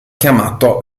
chiamato